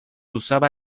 usaba